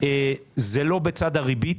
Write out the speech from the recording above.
זה לא בצד הריבית,